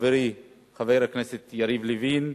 לחברי חבר הכנסת יריב לוין,